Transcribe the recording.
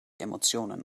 emotionen